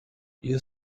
you